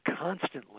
constantly